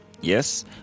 yes